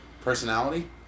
personality